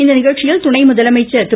இந்நிகழ்ச்சியில் துணை முதலமைச்சர் திரு